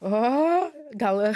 o gal